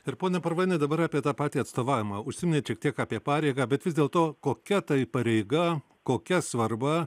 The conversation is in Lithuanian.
ir pone purvaini dabar apie tą patį atstovavimą užsiminėt šiek tiek apie pareigą bet vis dėlto kokia tai pareiga kokia svarba